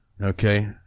Okay